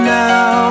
now